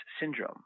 syndrome